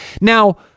Now